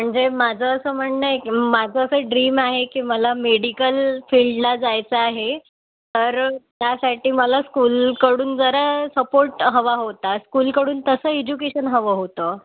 म्हणजे माझं असं म्हणणं आहे की माझं असं ड्रीम आहे की मला मेडिकल फील्डला जायचं आहे तर त्यासाठी मला स्कूलकडून जरा सपोर्ट हवा होता स्कूलकडून तसं एजुकेशन हवं होतं